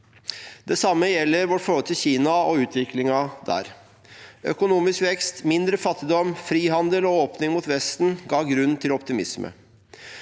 Det samme gjelder vårt forhold til Kina og utviklingen der. Økonomisk vekst, mindre fattigdom, frihandel og åpning mot Vesten ga grunn til optimisme.